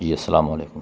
جی السلام علیکم